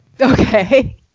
Okay